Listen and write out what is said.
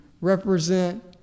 represent